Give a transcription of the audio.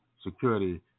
Security